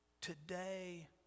today